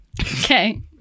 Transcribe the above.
Okay